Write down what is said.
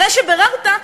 אחרי שביררת,